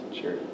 Sure